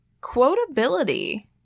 quotability